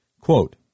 Quote